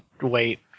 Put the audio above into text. wait